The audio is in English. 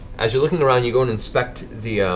as you're looking around, you go and inspect the